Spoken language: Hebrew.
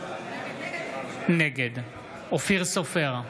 נגד אופיר סופר,